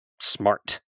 smart